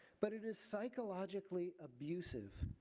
but it is psychologically abusive.